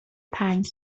پنج